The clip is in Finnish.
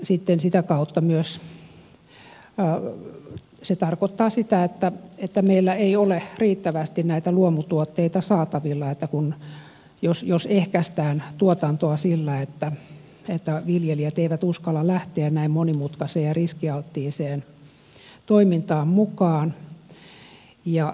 sitten sitä kautta se myös tarkoittaa sitä että meillä ei ole riittävästi näitä luomutuotteita saatavilla siis jos ehkäistään tuotantoa sillä että viljelijät eivät uskalla lähteä näin monimutkaiseen ja riskialttiiseen toimintaan mukaan